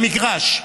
במגרש,